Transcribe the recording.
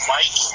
Mike